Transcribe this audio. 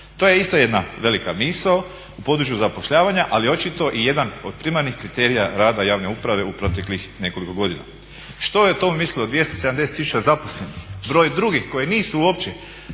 To je isto jedna velika misao u području zapošljavanja, ali očito i jedan od primarnih kriterija rada javne uprave u proteklih nekoliko godina. Što je to mislilo 270 000 nezaposlenih, broj drugih koji nisu uopće